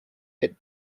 hit